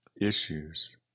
issues